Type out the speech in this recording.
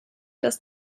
dass